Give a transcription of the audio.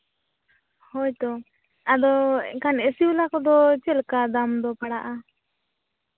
ᱦᱳᱭ ᱛᱚ ᱟᱫᱚ ᱮᱱᱠᱷᱟᱱ ᱮᱥᱤ ᱵᱟᱞᱟ ᱠᱚᱫᱚ ᱪᱮᱫ ᱞᱮᱠᱟ ᱫᱟᱢ ᱫᱚ ᱯᱟᱲᱟᱜᱼᱟ